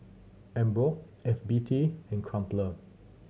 Emborg F B T and Crumpler